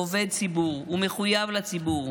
עובד ציבור ומחויב לציבור.